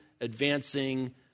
advancing